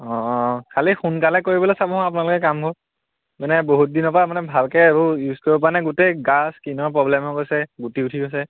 অঁ খালি সোনকালে কৰিবলৈ চাব আপোনালোকে কামবোৰ মানে বহুত দিনৰ পৰা মানে ভালকৈ এইবোৰ ইউজ কৰিব পাৰি গোটেই গা স্কীনৰ প্ৰব্লেম হৈ গৈছে গুটি উঠি গৈছে